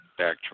backtrack